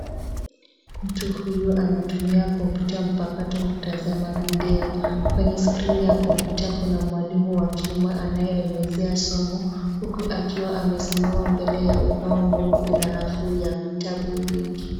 Mtu huyu anatumia kompyuta mpakato kutazama video. Kwenye skrini ya kompyuta kuna mwalimu wa kiume anayeelezea somo huku akiwa amesimama mbele ya ubao mweupe na rafu ya vitabu vingi.